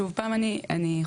שוב פעם אני חוזרת,